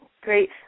Great